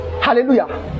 hallelujah